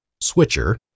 switcher